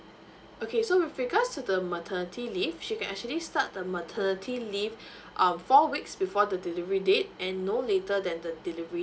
okay so with regards to the maternity leave she can actually start the maternity leave um four weeks before the delivery date and no later than the delivery